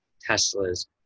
Tesla's